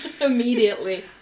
immediately